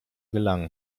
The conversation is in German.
gelangen